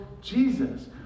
Jesus